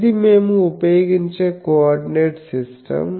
ఇది మేము ఉపయోగించే కోఆర్డినేట్ సిస్టం